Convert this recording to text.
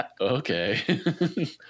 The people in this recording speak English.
okay